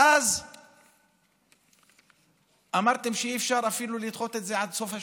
ואז אמרתם שאי-אפשר אפילו לדחות את זה עד סוף השנה,